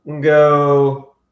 go